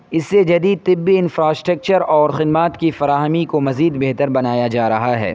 اسے جدید طبی انفراسٹرکچر اور خدمات کی فراہمی کو مزید بہتر بنایا جا رہا ہے